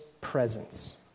presence